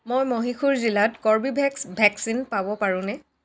মই মহীশূৰ জিলাত কৰ্বীভেক্স ভেকচিন পাব পাৰোঁনে